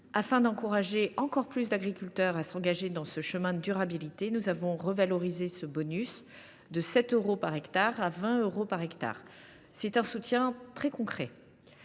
Afin d’encourager encore plus d’agriculteurs à s’engager dans ce chemin de durabilité, nous avons revalorisé ce bonus de 7 euros par hectare à 20 euros par hectare. Il s’agit d’un soutien très concret.